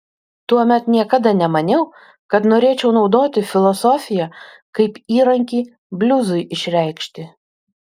tuomet niekada nemaniau kad norėčiau naudoti filosofiją kaip įrankį bliuzui išreikšti